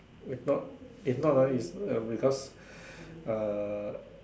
if not if not ah it's because uh